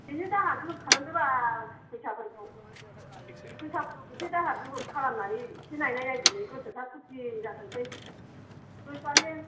एसे दाहार दुहार खालामदो बाल फैसाफोरखौ फैसाफोरखौ एसे दाहार दुहार खालामनानै एसे नायनाय नायदोनि गोसोफ्रा खुसि जाथोंसै